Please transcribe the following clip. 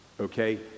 Okay